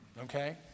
okay